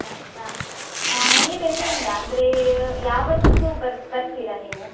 ಆಯ್ತ ನೀವು ಎಲ್ಲಿಂದ ಅಂದರೆ ಯಾವತ್ತು ಬರ್ ಬರ್ತೀರ ನೀವು